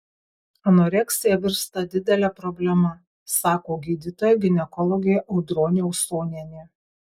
anoreksija virsta didele problema sako gydytoja ginekologė audronė usonienė